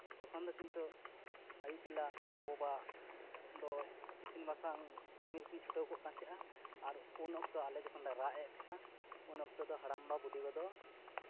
ᱛᱚᱠᱷᱚᱱ ᱫᱚ ᱠᱤᱱᱛᱩ ᱟᱹᱭᱩᱵ ᱵᱮᱞᱟ ᱜᱚ ᱵᱟᱵᱟᱣᱟᱜ ᱫᱚ ᱤᱥᱤᱱ ᱵᱟᱥᱟᱝ ᱠᱟᱹᱢᱤ ᱨᱮᱠᱤᱱ ᱪᱷᱩᱴᱟᱹᱣ ᱠᱚᱜ ᱠᱟᱱ ᱛᱟᱦᱮᱸᱜᱼᱟ ᱟᱨ ᱩᱱ ᱚᱠᱛᱚ ᱟᱞᱮ ᱡᱚᱠᱷᱚᱱᱞᱮ ᱨᱟᱜ ᱮᱫ ᱛᱟᱦᱮᱱᱟ ᱩᱱ ᱚᱠᱛᱚ ᱫᱚ ᱦᱟᱲᱟᱢᱵᱟ ᱵᱩᱰᱤ ᱜᱚ ᱫᱚ